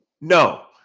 No